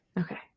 Okay